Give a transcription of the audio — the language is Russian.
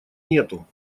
нету